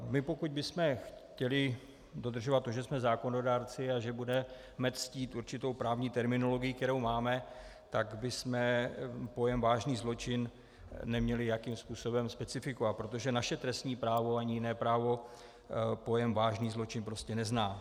My pokud bychom chtěli dodržovat to, že jsme zákonodárci a že budeme ctít určitou právní terminologii, kterou máme, tak bychom pojem vážný zločin neměli jakým způsobem specifikovat, protože naše trestní právo ani jiné právo pojem vážný zločin prostě nezná.